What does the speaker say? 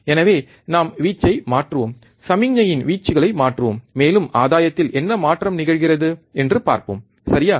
எனவே நாம் வீச்சை மாற்றுவோம் சமிக்ஞையின் வீச்சுகளை மாற்றுவோம் மேலும் ஆதாயத்தில் என்ன மாற்றம் நிகழ்கிறது என்று பார்ப்போம் சரியா